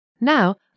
Now